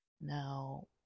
now